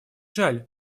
жаль